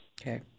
okay